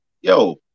yo